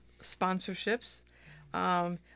sponsorships